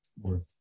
worth